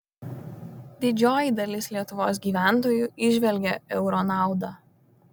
didžioji dalis lietuvos gyventojų įžvelgia euro naudą